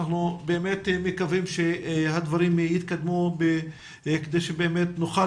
אנחנו באמת מקווים שהדברים יתקדמו כדי שבאמת נוכל